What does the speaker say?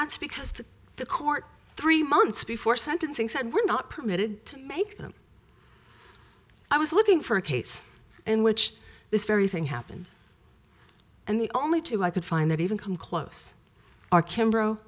that's because the court three months before sentencing said we're not permitted to make them i was looking for a case in which this very thing happened and the only two i could find that even come close are kemb